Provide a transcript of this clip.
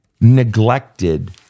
neglected